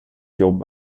jobb